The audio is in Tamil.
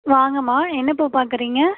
வாங்கம்மா என்ன பூ பார்க்கறீங்க